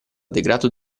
degrado